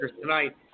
tonight